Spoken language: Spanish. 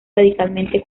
radicalmente